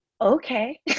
okay